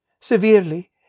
severely